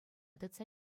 тытса